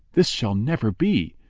this shall never be!